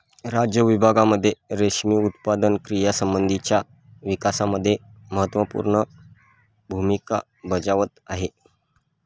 राज्य विभागांमध्ये रेशीम उत्पादन क्रियांसंबंधीच्या विकासामध्ये महत्त्वपूर्ण भूमिका बजावत आहे